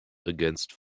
against